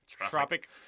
Tropic